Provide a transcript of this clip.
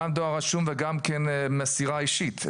גם דואר רשום וגם מסירה אישית.